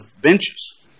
benches